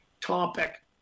topic